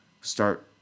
start